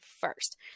first